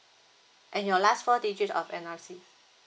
and your last four digit of N_R_I_C